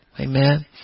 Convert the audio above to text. Amen